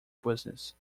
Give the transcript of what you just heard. business